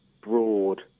broad